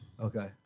Okay